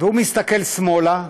והוא מסתכל שמאלה,